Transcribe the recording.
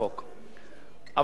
אבל הוא יודע כמוני את האמת,